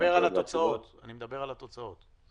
גם שאלות --- אני מדבר על התוצאות.